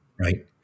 Right